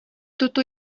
toto